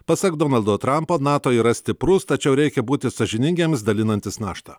pasak donaldo trampo nato yra stiprus tačiau reikia būti sąžiningiems dalinantis naštą